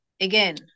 again